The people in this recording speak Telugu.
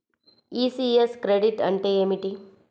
ఈ.సి.యస్ క్రెడిట్ అంటే ఏమిటి?